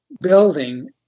building